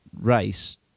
race